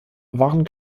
waren